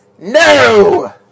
No